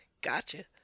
Gotcha